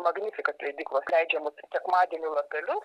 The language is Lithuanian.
magnifikat leidyklos leidžiamus sekmadienių lapelius